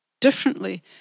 differently